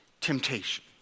temptation